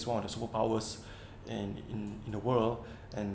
is one of the superpowers and in in the world and